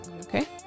okay